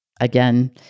Again